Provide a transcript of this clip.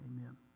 Amen